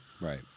right